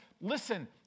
listen